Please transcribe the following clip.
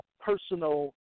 personal